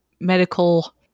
medical